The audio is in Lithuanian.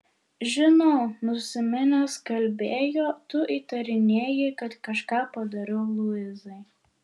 žinau nusiminęs kalbėjo tu įtarinėji kad kažką padariau luizai